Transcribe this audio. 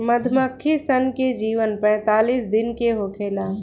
मधुमक्खी सन के जीवन पैतालीस दिन के होखेला